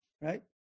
right